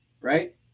right